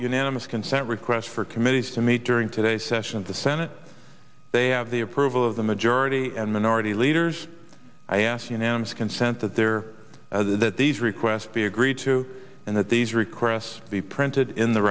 unanimous consent requests for committees to meet during today's session of the senate they have the approval of the majority and minority leaders i ask unanimous consent that there that these requests be agreed to and that these requests be printed in the